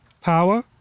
Power